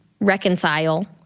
reconcile